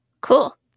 Cool